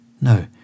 No